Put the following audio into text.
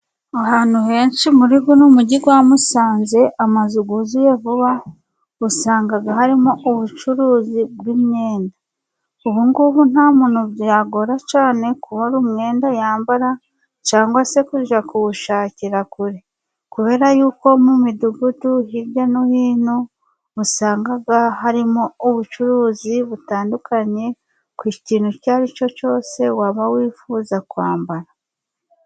Ahantu henshi, muri uyu mujyi wa Musanze, amazu yuzuye vuba usanga harimo ubucuruzi bw'imyenda. Ubu ubu nta muntu byagora cyane, kubona umwenda yambara ,cyangwa kujya kuwushakira kure. Kubera ko mu midugudu hirya no hino usanga harimo ubucuruzi butandukanye, ku kintu icyo ari cyo cyose waba wifuza kwambara.